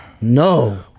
No